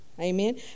Amen